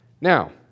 Now